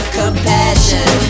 compassion